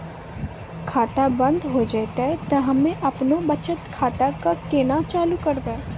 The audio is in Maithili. खाता बंद हो जैतै तऽ हम्मे आपनौ बचत खाता कऽ केना चालू करवै?